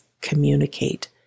communicate